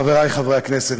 חברי חברי הכנסת,